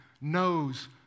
knows